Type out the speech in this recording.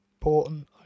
important